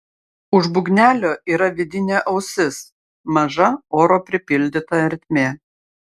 už būgnelio yra vidinė ausis maža oro pripildyta ertmė